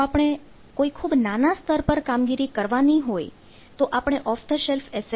જો આપણે કોઈ ખૂબ નાના સ્તર પર કામગીરી કરવાની હોય તો આપણે ઓફ઼ ધ શેલ્ફ઼ એસ